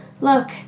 Look